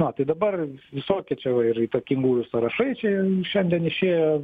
na tai dabar visokie čia va ir įtakingųjų sąrašai čia šiandien išėjo